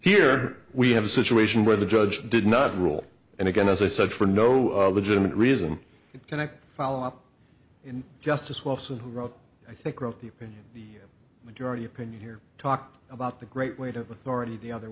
here we have a situation where the judge did not rule and again as i said for no legitimate reason can i follow up and justice watson who wrote i think wrote the opinion here majority opinion here talked about the great weight of authority the other